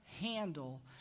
handle